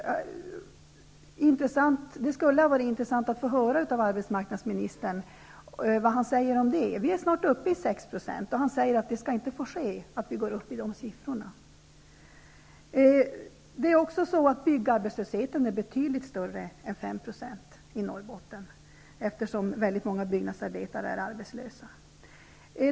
Det skulle ha varit intressant att få höra vad arbetsmarknadsministern säger om det. Vi är snart uppe i 6 %. Han säger att det inte skall få ske, att vi kommer upp till de siffrorna. Byggarbetslösheten är betydligt högre än 5 % i Norrbotten. Väldigt många byggnadsarbetare är arbetslösa.